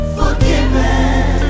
forgiven